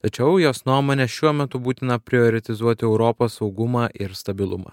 tačiau jos nuomone šiuo metu būtina prioritizuoti europos saugumą ir stabilumą